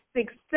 success